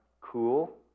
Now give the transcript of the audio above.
cool